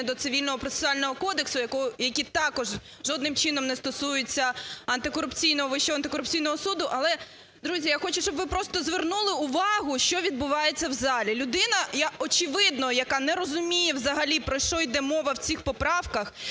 кодексу, який також жодним чином не стосується антикорупційного, Вищого антикорупційного суду. Але, друзі, я хочу, щоб ви просто звернули увагу, що відбувається в залі. Людина, очевидно, яка не розуміє взагалі, про що йде мова в цих поправках,